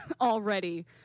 already